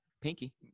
Pinky